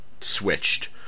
switched